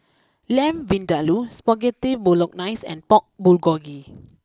Lamb Vindaloo Spaghetti Bolognese and Pork Bulgogi